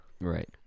Right